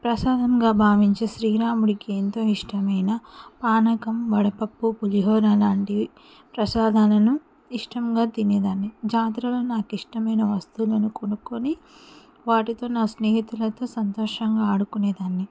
ప్రసాదంగా భావించే శ్రీరాముడికి ఎంతో ఇష్టమైన పానకం వడపప్పు పులిహోర లాంటివి ప్రసాదాలను ఇష్టంగా తినేదాన్ని జాతరలో నాకు ఇష్టమైన వస్తువులను కొనుక్కొని వాటితో నా స్నేహితులతో సంతోషంగా ఆడుకునేదాన్ని